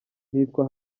nitwa